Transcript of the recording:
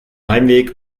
heimweg